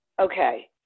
Okay